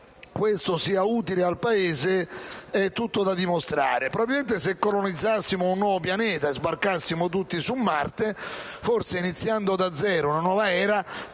questo sia utile al Paese è tutto da dimostrare. Probabilmente, se colonizzassimo un nuovo pianeta e sbarcassimo tutti su Marte, iniziando da zero una nuova era,